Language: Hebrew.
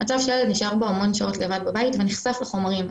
מצב שהילד נשאר המון שעות לבד בבית ונחשף לחומרים,